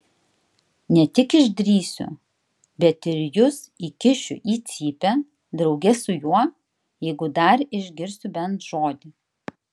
ne tik išdrįsiu bet ir jus įkišiu į cypę drauge su juo jeigu dar išgirsiu bent žodį